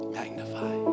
magnify